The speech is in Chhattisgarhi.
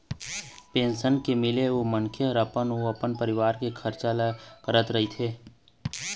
पेंशन के मिले ले मनखे ह अपन अउ अपन परिवार के खरचा ल करत रहिथे